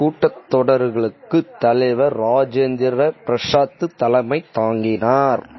கூட்டத்தொடர்களுக்கு தலைவர் ராஜேந்திர பிரசாத்து தலைமை தாங்கினார்